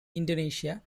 indonesia